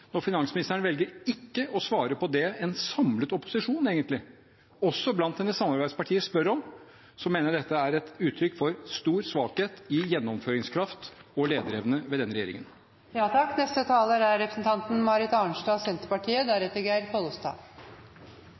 Når finansministeren velger ikke å svare på det en samlet opposisjon egentlig, også blant hennes samarbeidspartier, spør om, mener jeg dette er et uttrykk for stor svakhet i gjennomføringskraft og lederevne hos denne regjeringen.